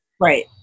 Right